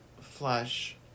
flush